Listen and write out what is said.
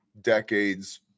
decades